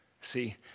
See